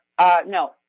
No